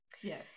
Yes